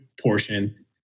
portion